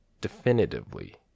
definitively